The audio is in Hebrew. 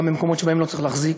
גם במקומות שבהם לא צריך להחזיק.